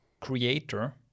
creator